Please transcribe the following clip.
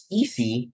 easy